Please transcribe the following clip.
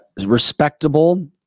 Respectable